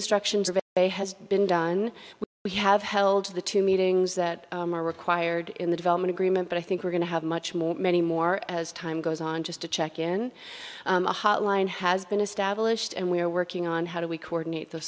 destructions of it has been done we have held the two meetings that are required in the development agreement but i think we're going to have much more many more as time goes on just to check in a hotline has been established and we're working on how do we coordinate th